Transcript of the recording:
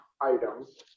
items